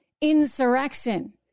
insurrection